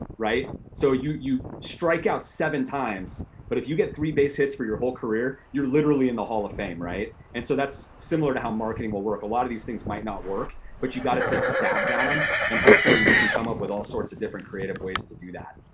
so you you strike out seven times but if you get three base hits for your whole career, you're literally in the hall of fame, and so, that's similar to how marketing will work. a lot of these things might not work but you gotta take stabs at em and hopefully you can come up with all sorts of different, creative ways to do that.